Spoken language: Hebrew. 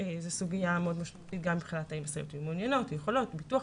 זו סוגיה מאוד משמעותית גם מבחינת רצון ויכולת הסייעות וביטוח.